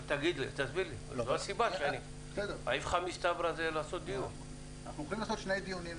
אנחנו הולכים לעשות שני דיונים,